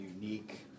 unique